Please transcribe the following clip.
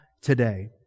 today